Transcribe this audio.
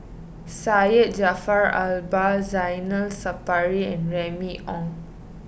Syed Jaafar Albar Zainal Sapari and Remy Ong